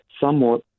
somewhat